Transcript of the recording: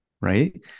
right